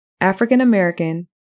African-American